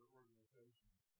organizations